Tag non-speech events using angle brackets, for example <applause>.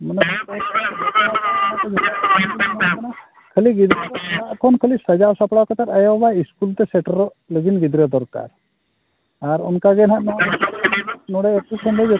ᱢᱟᱱᱮ ᱠᱷᱟᱹᱞᱤ ᱜᱤᱫᱽᱨᱟᱹ ᱚᱲᱟᱜ ᱠᱷᱚᱱ ᱠᱷᱟᱹᱞᱤ ᱥᱟᱡᱟᱣ ᱥᱟᱯᱲᱟᱣ ᱠᱟᱛᱮᱫ ᱟᱭᱳ ᱵᱟᱵᱟ ᱥᱠᱩᱞ ᱛᱮ ᱥᱮᱴᱮᱨᱚᱜ ᱞᱟᱹᱜᱤᱫ ᱜᱤᱫᱽᱨᱟᱹ ᱫᱚᱨᱠᱟᱨ ᱟᱨ ᱚᱱᱠᱟᱜᱮ ᱱᱟᱦᱟᱜ ᱱᱚᱰᱮ <unintelligible>